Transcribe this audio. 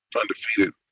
undefeated